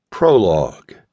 Prologue